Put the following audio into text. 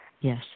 yes